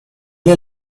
est